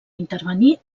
intervenir